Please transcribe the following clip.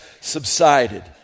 subsided